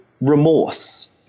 remorse